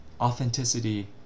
authenticity